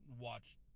watch